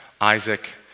Isaac